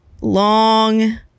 long